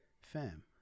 fam